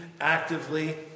actively